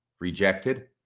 rejected